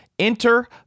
Enter